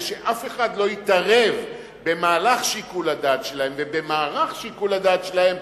שאף אחד לא יתערב במהלך שיקול הדעת שלהם ובמערך שיקול הדעת שלהם,